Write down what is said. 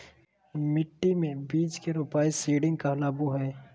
मिट्टी मे बीज के रोपाई सीडिंग कहलावय हय